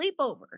sleepover